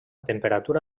temperatura